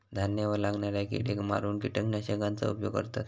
धान्यावर लागणाऱ्या किडेक मारूक किटकनाशकांचा उपयोग करतत